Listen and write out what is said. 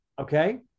okay